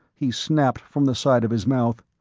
he snapped from the side of his mouth,